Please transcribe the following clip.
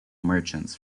merchants